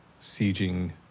sieging